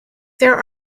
there